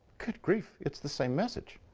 good grief, it's the same message.